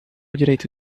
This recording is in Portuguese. direito